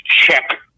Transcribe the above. check